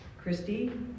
Christy